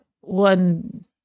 one